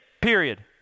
period